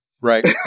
Right